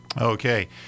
Okay